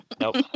Nope